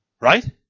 Right